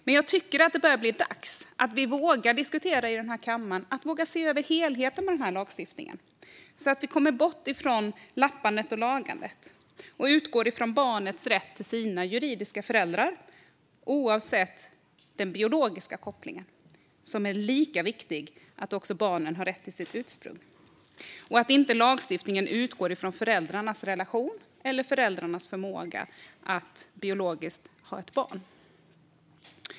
Men jag tycker att det börjar bli dags att vi i den här kammaren vågar diskutera att se över helheten med den här lagstiftningen, så att vi kommer bort ifrån lappandet och lagandet och utgår från barnets rätt till sina juridiska föräldrar oavsett den biologiska kopplingen. Den är lika viktig - att också barnen har rätt till sitt ursprung - och lagstiftningen får inte utgå från föräldrarnas relation eller föräldrarnas förmåga att biologiskt ha ett barn.